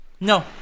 No